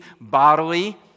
bodily